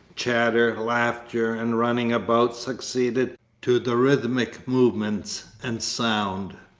chatter, laughter, and running about, succeeded to the rhythmic movements and sound.